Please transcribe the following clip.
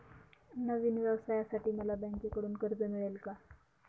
नवीन व्यवसायासाठी मला बँकेकडून कर्ज मिळेल का?